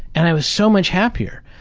and i was so much happier.